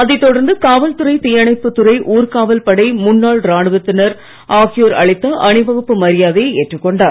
அதை தொடர்ந்து காவல்துறை தீயணைப்புத் துறை ஊர்க்காவல்ப் படை முன்னாள் ராணுவத்தினர் ஆகியோர் அளித்த அணிவகுப்பு மரியாதையை ஏற்றுக் கொண்டார்